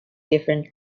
different